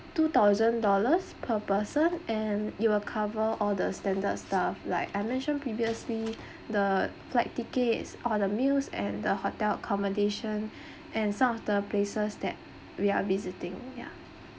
two thousand dollars per person and it will cover all the standard stuff like I mentioned previously the flight tickets or the meals and the hotel accommodation and some of the places that we are visiting yeah